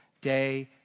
day